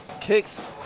kicks